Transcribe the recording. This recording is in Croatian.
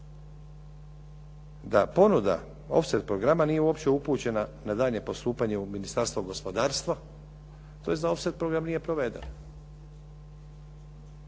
da ponuda offset programa nije uopće upućena na daljnje postupanje u Ministarstvo gospodarstva, tj. da offset program nije proveden.